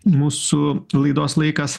mūsų laidos laikas